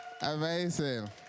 Amazing